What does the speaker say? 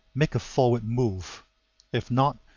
make a forward move if not,